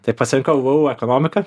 tai pasirinkau vu ekonomiką